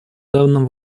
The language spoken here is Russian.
данном